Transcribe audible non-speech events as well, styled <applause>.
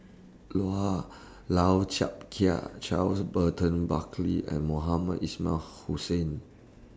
<unintelligible> Lau Chiap Khai Charles Burton Buckley and Mohamed Ismail Hussain